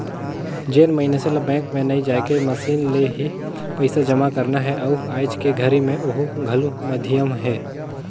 जेन मइनसे ल बैंक मे नइ जायके मसीन ले ही पइसा जमा करना हे अउ आयज के घरी मे ओहू घलो माधियम हे